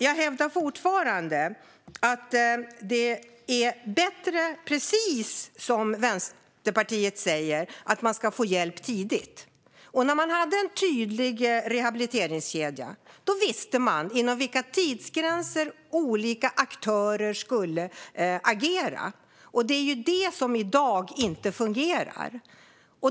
Jag hävdar fortfarande att man, precis som Vänsterpartiet säger, ska få hjälp tidigt. När vi hade en tydlig rehabiliteringskedja visste man inom vilka tidsgränser olika aktörer skulle agera. Det är det som i dag inte fungerar.